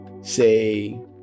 say